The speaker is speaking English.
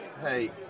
Hey